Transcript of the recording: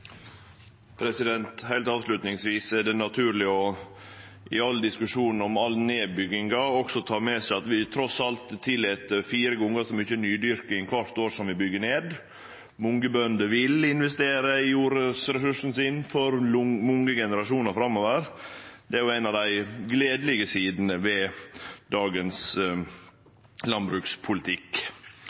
Heilt avslutningsvis er det naturleg, i diskusjonen om nedbygging, også å ta med seg at vi trass alt tillèt fire gonger så mykje nydyrking kvart år som vi byggjer ned. Mange bønder vil investere i jordressursen sin for mange generasjonar framover. Det er ei av dei gledelege